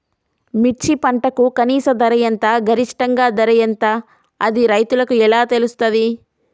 మిర్చి పంటకు కనీస ధర ఎంత గరిష్టంగా ధర ఎంత అది రైతులకు ఎలా తెలుస్తది?